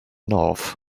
north